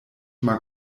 mag